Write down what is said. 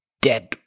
dead